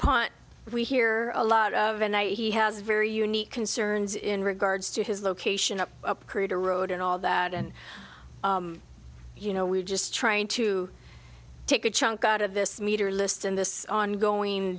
dupont we hear a lot of the night he has a very unique concerns in regards to his location up up create a road and all that and you know we're just trying to take a chunk out of this meter list in this ongoing